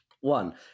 One